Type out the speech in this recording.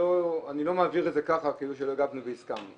אני לא מעביר את זה ככה כאילו שלא הגבנו והסכמנו,